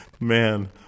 man